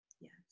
yes